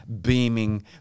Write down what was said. beaming